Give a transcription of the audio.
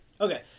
Okay